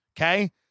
Okay